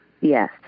Yes